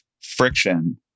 friction